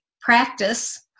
practice